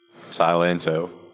silento